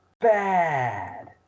bad